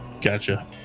Gotcha